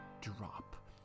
drop